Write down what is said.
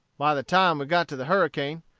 by the time we got to the harricane,